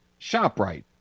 ShopRite